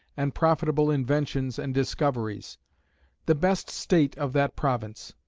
and profitable inventions and discoveries the best state of that province.